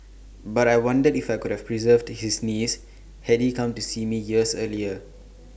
but I wondered if I could have preserved his knees had he come to see me years earlier